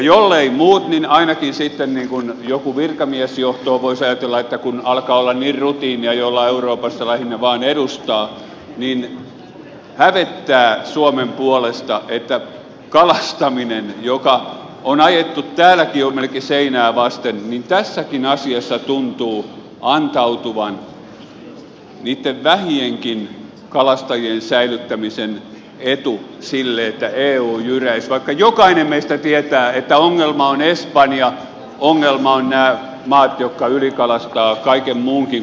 jollei muut niin ainakin sitten joku virkamiesjohto voisi ajatella että kun alkaa olla niin rutiinia jo olla euroopassa ja lähinnä vain edustaa niin hävettää suomen puolesta että kalastamisessakin joka on ajettu täälläkin jo melkein seinää vasten tuntuu antautuvan niitten vähienkin kalastajien säilyttämisen etu sille että eu jyräisi vaikka jokainen meistä tietää että ongelma on espanja ongelma on nämä maat jotka ylikalastavat kaiken muunkin kuin itämeren